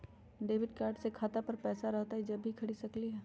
Debit card से खाता पर पैसा रहतई जब ही खरीद सकली ह?